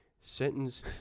sentence